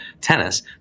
tennis